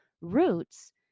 roots